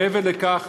מעבר לכך,